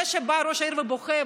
זה שבא ראש העיר ובוכה,